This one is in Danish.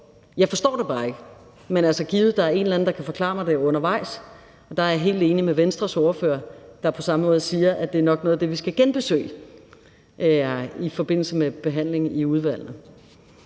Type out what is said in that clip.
Jeg forstår det bare ikke. Men måske er der en eller anden, der kan forklare mig det undervejs. Og der er jeg helt enig med Venstres ordfører, der på samme måde siger, at det nok er noget af det, vi skal genbesøge i forbindelse med behandlingen i udvalget.